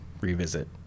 revisit